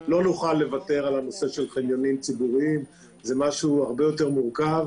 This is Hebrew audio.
לא נוכל לוותר על הנושא של חניונים ציבוריים - זה משהו הרבה יותר מורכב.